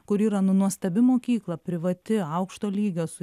kur yra nu nuostabi mokykla privati aukšto lygio su